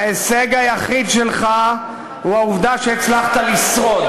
בוז'י, ההישג היחיד שלך הוא העובדה שהצלחת לשרוד.